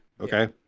okay